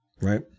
Right